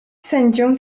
sędzią